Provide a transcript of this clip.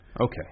Okay